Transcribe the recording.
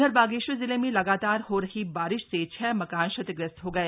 उधर बागेश्वर जिले में लगातार हो रही बारिश से छह मकान क्षतिग्रस्त हो गए